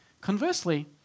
Conversely